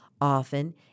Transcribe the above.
Often